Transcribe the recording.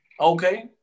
okay